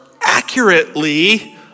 accurately